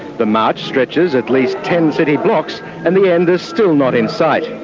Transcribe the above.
the march stretches at least ten city blocks and the end is still not in sight.